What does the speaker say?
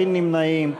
אין נמנעים.